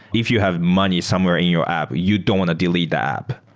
if you have money somewhere in your app, you don't want to delete the app.